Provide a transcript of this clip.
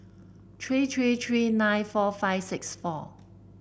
three three three nine four five six four